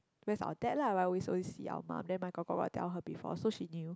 where's our dad lah why always always see my mum then my kor kor got tell her before so she knew